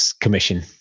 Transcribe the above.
commission